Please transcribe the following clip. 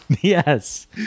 Yes